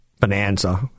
Bonanza